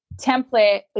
template